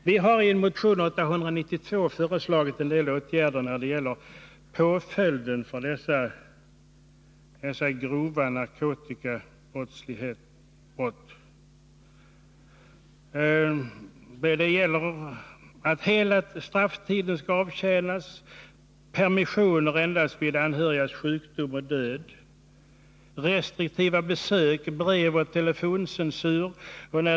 Vi har i en motion, 892, föreslagit en del åtgärder när det gäller påföljden för dessa grova narkotikabrott. Vi begär att hela strafftiden skall avtjänas, att permissioner skall ges endast vid anhörigs sjukdom och död, att restriktivitet skall iakttas vad gäller besök, att censur skall tillämpas för telefonsamtal och brev.